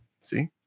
See